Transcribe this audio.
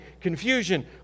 confusion